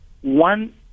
One